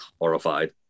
horrified